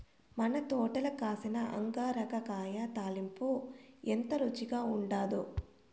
మన తోటల కాసిన అంగాకర కాయ తాలింపు ఎంత రుచిగా ఉండాదో